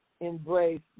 embrace